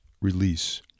release